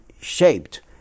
shaped